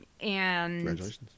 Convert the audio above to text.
Congratulations